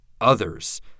others